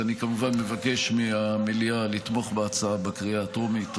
אני כמובן מבקש מהמליאה לתמוך בהצעה בקריאה הטרומית.